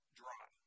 dry